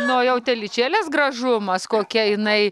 na o jau telyčėlės gražumas kokia jinai